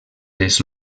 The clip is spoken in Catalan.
les